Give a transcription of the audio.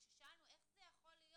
וכששאלנו איך זה יכול להיות?